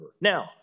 Now